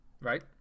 right